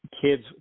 Kids